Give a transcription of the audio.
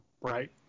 right